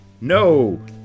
No